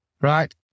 right